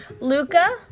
Luca